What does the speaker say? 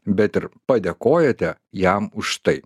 bet ir padėkojate jam už tai